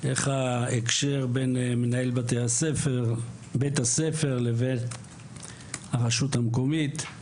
איך ההקשר בין מנהל בתי הספר לבין הרשות המקומית.